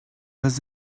was